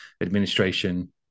administration